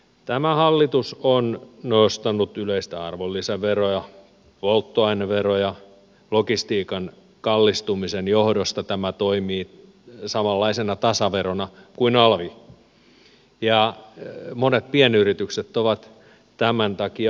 tämä hallitus on nostanut yleistä arvonlisäveroa polttoaineveroja logistiikan kallistumisen johdosta tämä toimii samanlaisena tasaverona kuin alvi ja monet pienyritykset ovat tämän takia ongelmissa